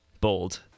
bold